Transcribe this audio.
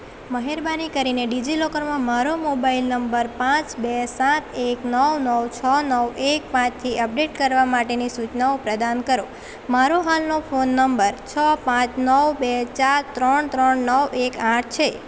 મહેરબાની કરીને ડીજીલોકરમાં મારો મોબાઈલ નંબર પાંચ બે સાત એક નવ નવ છ નવ એક પાંચથી અપડેટ કરવા માટેની સૂચનાઓ પ્રદાન કરો મારો હાલનો ફોન નંબર છ પાંચ નવ બે ચાર ત્રણ ત્રણ નવ એક આઠ છે